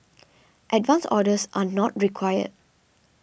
advance orders are not required